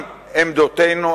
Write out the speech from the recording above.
עם עמדותינו,